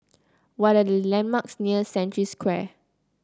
what are the landmarks near Century Square